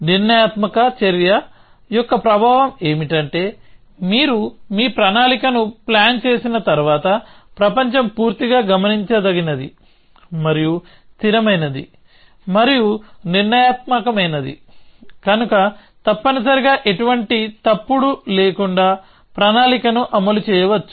నిర్ణయాత్మక చర్య యొక్క ప్రభావం ఏమిటంటే మీరు మీ ప్రణాళిక ను ప్లాన్ చేసిన తర్వాత ప్రపంచం పూర్తిగా గమనించదగినది మరియు స్థిరమైనది మరియు నిర్ణయాత్మకమైనది కనుక తప్పనిసరిగా ఎటువంటి తప్పుడు లేకుండా ప్రణాళిక ను అమలు చేయవచ్చు